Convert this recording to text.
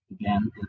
again